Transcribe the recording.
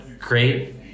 great